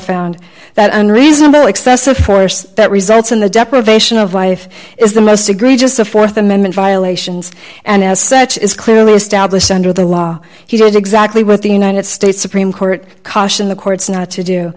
found that in reasonable excessive force that results in the deprivation of life is the most egregious the th amendment violations and as such is clearly established under the law here is exactly what the united states supreme court cautioned the courts not to do